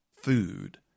food